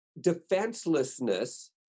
defenselessness